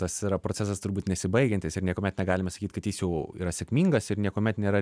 tas yra procesas turbūt nesibaigiantis ir niekuomet negalime sakyt kad jis jau yra sėkmingas ir niekuomet nėra